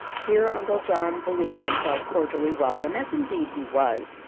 here uncle john, believing himself cordially welcome, as indeed he was,